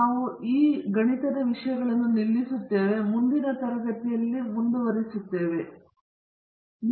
ನಾವು ಈಗ ಈ ವಿಶಯ ನಿಲ್ಲಿಸುತ್ತೇವೆ ಮತ್ತು ಮುಂದಿನ ತರಗತಿಯಲ್ಲಿ ಮುಂದುವರೆಯುತ್ತೇನೆ ಎಂದು ನಾನು ಭಾವಿಸುತ್ತೇನೆ